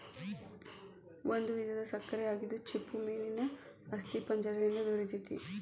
ಒಂದು ವಿಧದ ಸಕ್ಕರೆ ಆಗಿದ್ದು ಚಿಪ್ಪುಮೇನೇನ ಅಸ್ಥಿಪಂಜರ ದಿಂದ ದೊರಿತೆತಿ